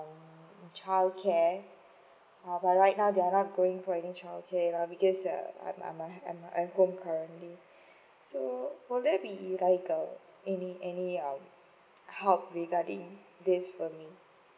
um in child care but right now they are not going for any child care lah because I I am at at home currently so would there be any any help regarding this for me